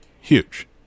Huge